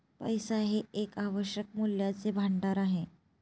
पैसा हे एक आवश्यक मूल्याचे भांडार आहे